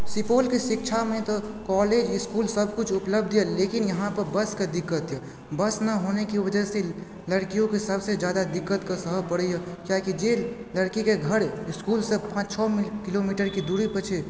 सुपौलके शिक्षामे तऽ कॉलेज इसकुल सबकिछु उपलब्ध यऽ लेकिन यहाँपर बसके दिक्कत यऽ बस नहि होने की वजह से लड़कियोँके सबसँ जादा दिक्कतके सहऽ पड़इए किएक कि जे लड़कीके घर इसकुलसँ पाँच छओ मी किलोमीटरके दूरीपर छै